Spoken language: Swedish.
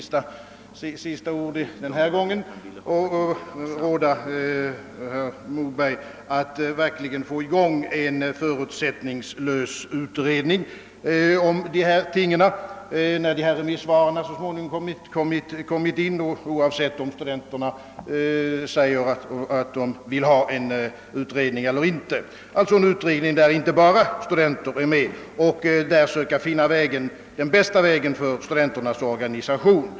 Jag skulle därför verkligen vilja råda herr Moberg att försöka få i gång en förutsättningslös utredning om dessa ting när remissvaren så småningom kommit in, oavsett om studenterna säger att de vill ha en utredning eller inte. Genom en sådan utredning, i vilken inte bara studenterna bör deltaga, bör man försöka finna den bästa vägen för studenternas organisation.